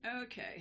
Okay